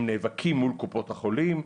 הם נאבקים מול קופות החולים,